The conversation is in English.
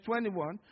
21